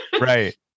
Right